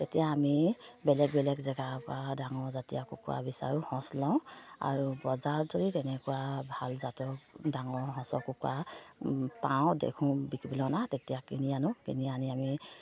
তেতিয়া আমি বেলেগ বেলেগ জেগাৰ পৰা ডাঙৰ জাতীয় কুকুৰা বিচাৰোঁ সঁচ লওঁ আৰু বজাৰত যদি তেনেকুৱা ভাল জাতৰ ডাঙৰ সঁচৰ কুকুৰা পাওঁ দেখোঁ বিকিবলৈ অনা তেতিয়া কিনি আনো কিনি আনি আমি